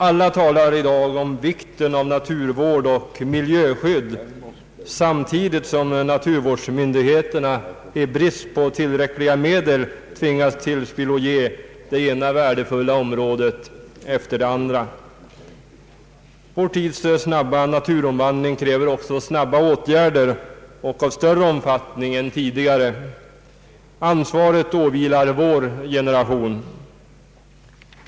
Alla talar i dag om vikten av naturvård och miljöskydd, samtidigt som naturvårdsmyndigheterna i brist på tillräckliga medel tvingas ge till spillo det ena värdefulla området efter det andra. Vår tids snabba naturomvandling kräver också snabba åtgärder av större omfattning än tidigare. Ansvaret åvilar vår generation.